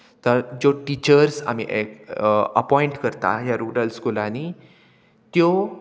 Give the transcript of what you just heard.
तर ज्यो टिचर्स आमी अपॉयट करता ह्या रुरल स्कुलांनी त्यो